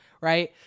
right